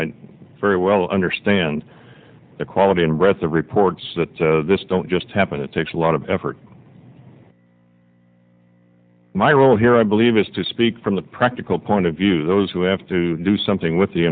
very well understand the quality and rest the reports that this don't just happen it takes a lot of effort my role here i believe is to speak from the practical point of view those who have to do something with the